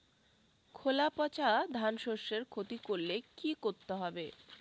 খোলা পচা ধানশস্যের ক্ষতি করলে কি করতে হবে?